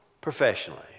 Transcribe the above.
professionally